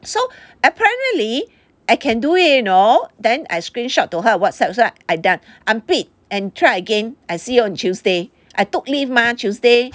so apparently I can do it you know then I screenshot to her and Whatsapp say I done un-pleat and try again I see you on tuesday I took leave mah tuesday